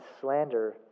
slander